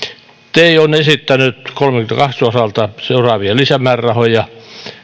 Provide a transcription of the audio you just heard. tej on esittänyt kolmenkymmenenkahden osalta seuraavia lisämäärärahoja